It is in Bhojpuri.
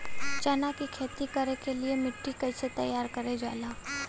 चना की खेती कर के लिए मिट्टी कैसे तैयार करें जाला?